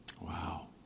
Wow